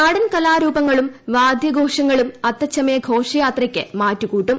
നാടൻ കലാരൂപങ്ങളും വാദ്യാഘോഷങ്ങളും അത്തച്ചമയ ഘോഷയാത്രയ്ക്ക് മാറ്റു കൂട്ടും